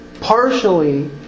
Partially